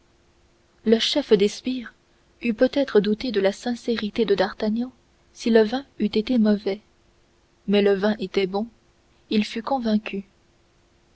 le chef des sbires eût peut-être douté de la sincérité de d'artagnan si le vin eût été mauvais mais le vin était bon il fut convaincu